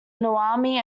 naomi